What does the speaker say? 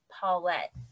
Paulette